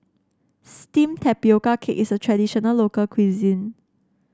steamed Tapioca Cake is a traditional local cuisine